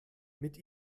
mit